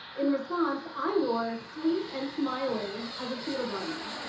in response, i wore sweet and smiley as a suit of armor.